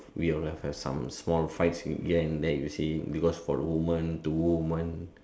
we only have some small fights here and there you see because for the women two women